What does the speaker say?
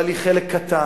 אבל היא חלק קטן.